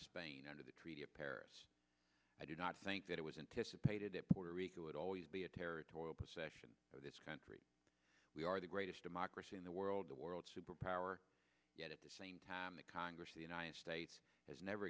spain under the treaty of paris i do not think that it was in to support it puerto rico would always be a territorial possession of this country we are the greatest democracy in the world the world's superpower yet at the same time the congress of the united states has never